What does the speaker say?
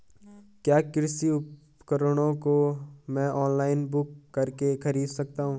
क्या कृषि उपकरणों को मैं ऑनलाइन बुक करके खरीद सकता हूँ?